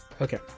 Okay